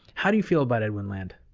how do you feel about edwin land?